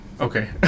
Okay